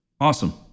Awesome